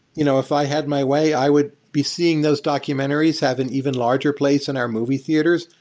you know if i had my way, i would be seeing those documentaries have an even larger place in our movie theaters.